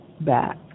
back